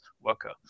worker